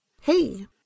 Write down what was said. Hey